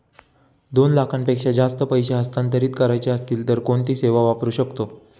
दोन लाखांपेक्षा जास्त पैसे हस्तांतरित करायचे असतील तर कोणती सेवा वापरू शकतो?